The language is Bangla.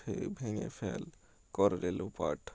ভেঙে ফেল কর রে লোপাট